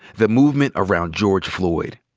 the movement around george floyd,